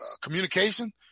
communication